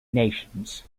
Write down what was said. nations